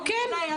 זה היה.